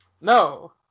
No